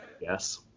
Yes